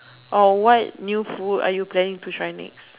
or what new food are you planning to try next